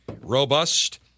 robust